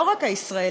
לא רק הישראלית,